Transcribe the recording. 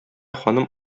ханым